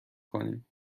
کنیم